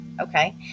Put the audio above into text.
okay